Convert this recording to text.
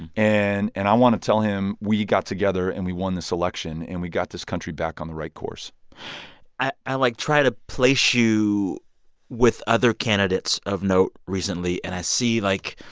and and i want to tell him we got together and we won this election and we got this country back on the right course i, like, try to place you with other candidates of note recently, and i see, like,